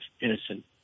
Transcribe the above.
innocent